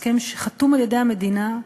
הסכם שחתום על-ידי המדינה,